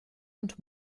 und